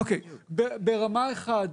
ברמה 1,